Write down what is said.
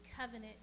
covenant